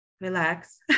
Relax